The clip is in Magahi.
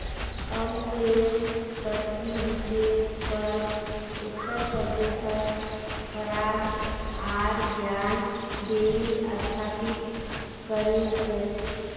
अमुलेर प्रतिरुपेर पर उत्तर प्रदेशत पराग आर ज्ञान डेरी स्थापित करील छेक